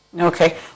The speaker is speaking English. okay